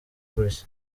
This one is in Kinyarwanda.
gutya